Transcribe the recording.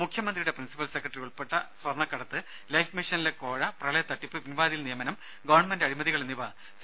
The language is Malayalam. മുഖ്യമന്ത്രിയുടെ പ്രിൻസിപ്പൽ സെക്രട്ടറി ഉൾപ്പെട്ട സ്വർണ്ണക്കടത്ത് ലൈഫ് മിഷനിലെ കോഴ പ്രളയത്തട്ടിപ്പ് പിൻവാതിൽ നിയമനം ഗവൺമെന്റിന്റെ അഴിമതികൾ എന്നിവ സി